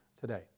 today